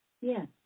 Yes